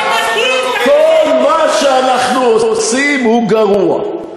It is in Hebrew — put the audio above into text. כל שאנחנו עושים הוא גרוע.